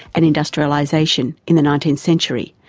and industrialisation in the nineteenth century,